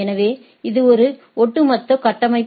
எனவே இது ஒட்டுமொத்த கட்டமைப்பு